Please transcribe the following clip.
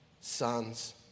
sons